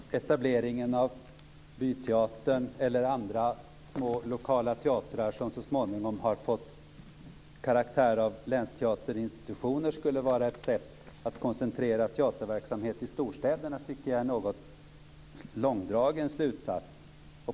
Fru talman! Att etableringen av byteatern eller andra små lokala teatrar som så småningom har fått karaktär av länsteaterinstitioner skulle vara ett sätt att koncentrera teaterverksamhet till storstäderna tycker jag är en något långsökt slutsats.